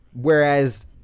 Whereas